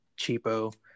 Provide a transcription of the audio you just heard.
cheapo